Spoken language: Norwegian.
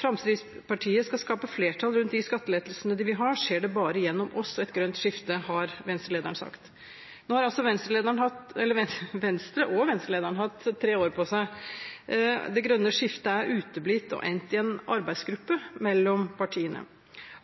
Fremskrittspartiet skal skape flertall rundt de skattelettelsene de vil ha, skjer det bare gjennom oss og et grønt skifte, har Venstre-lederen sagt. Nå har altså Venstre og Venstre-lederen hatt tre år på seg. Det grønne skiftet er uteblitt og har endt i en arbeidsgruppe mellom partiene.